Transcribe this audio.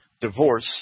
divorce